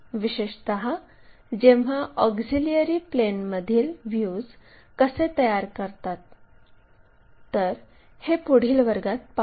विशेषत जेव्हा ऑक्झिलिअरी प्लेनमधील व्ह्यूज कसे तयार करतात तर हे पुढील वर्गात पाहू